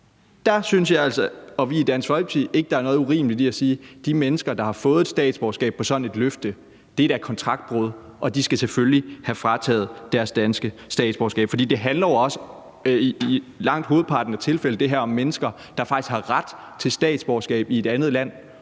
Der synes jeg og Dansk Folkeparti altså ikke, at der er noget urimeligt i at sige, at de mennesker, der har fået statsborgerskab på baggrund af sådan et løfte, da har begået kontraktbrud, og at de selvfølgelig skal have frataget deres danske statsborgerskab. For det handler jo også i langt hovedparten af tilfældene om mennesker, der faktisk har ret til statsborgerskab i et andet land